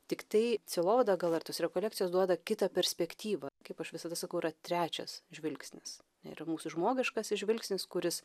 tiktai cielovada gal ir tos rekolekcijos duoda kitą perspektyvą kaip aš visada sakau yra trečias žvilgsnis nėra mūsų žmogiškasis žvilgsnis kuris